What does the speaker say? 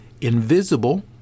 invisible